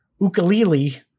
Ukulele